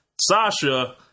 Sasha